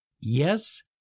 yes